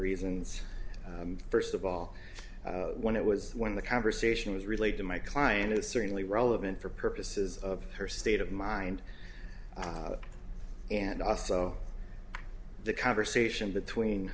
reasons first of all when it was when the conversation was relayed to my client it's certainly relevant for purposes of her state of mind and also the conversation between